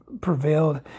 prevailed